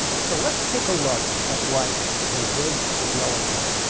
so let's take a look at what they did with yellow tail.